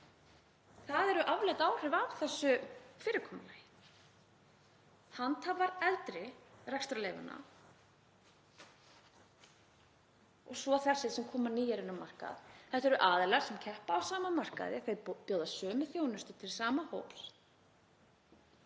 það eru afleidd áhrif af þessu fyrirkomulagi. Handhafar eldri rekstrarleyfanna og svo þessir sem koma nýir inn á markað — þetta eru aðilar sem keppa á sama markaði, bjóða sömu þjónustu til sama hóps